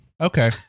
Okay